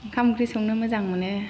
ओंखाम ओंख्रि संनो मोजां मोनो